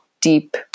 deep